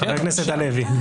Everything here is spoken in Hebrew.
חבר הכנסת הלוי,